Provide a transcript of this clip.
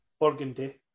burgundy